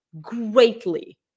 Greatly